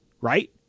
Right